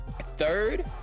Third